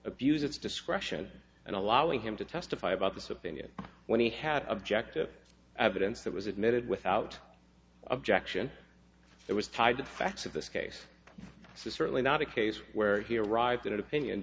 its discretion and allowing him to testify about this opinion when he had objective evidence that was admitted without objection that was tied to facts of this case certainly not a case where he arrived in an opinion